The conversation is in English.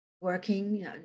working